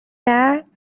کرد